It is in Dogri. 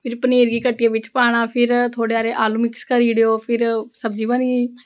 फिर पनीर गी कट्टिये बिच्च पाना फिर थोह्ड़े हारे आलू मिक्स करी उड़ेओ फिर सब्जी बनी गेई